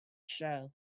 show